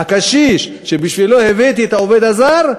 הקשיש שבשבילו הבאתי את העובד הזר,